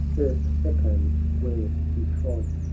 earth echoed where he trod.